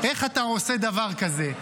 איך אתה עושה דבר כזה?